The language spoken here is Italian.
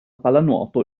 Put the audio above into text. pallanuoto